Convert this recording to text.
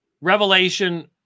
revelation